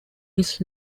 his